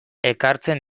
ekartzen